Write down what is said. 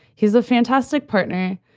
he's a fantastic partner.